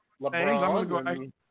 LeBron